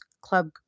Club